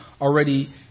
already